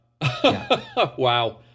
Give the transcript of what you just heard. Wow